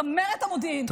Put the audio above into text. צמרת המודיעין,